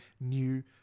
new